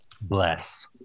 Bless